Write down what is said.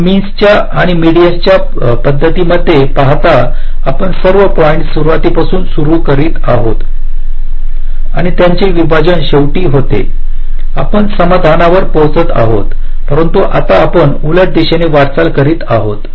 आपण मिनस च्या आणि मेडीन्स च्या पद्धतीमध्ये पाहता आपण सर्व पॉईंट्स सुरवातीपासून सुरू करीत आहोत आणि त्यांचे विभाजन शेवटी होते आपण समाधानावर पोहोचत आहोत परंतु आता आपण उलट दिशेने वाटचाल करीत आहोत